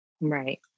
Right